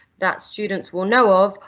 that students will know of,